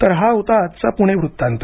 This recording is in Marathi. तर हा होता आजचा प्णे वृत्तांत